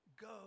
Go